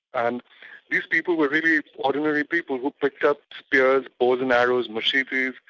and these people were really ordinary people who'd picked up spears, bows and arrows, machetes,